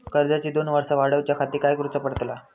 कर्जाची दोन वर्सा वाढवच्याखाती काय करुचा पडताला?